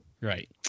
right